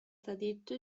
tradito